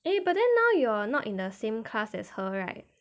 eh but then now you're not in the same class as her right